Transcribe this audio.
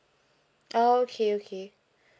orh okay okay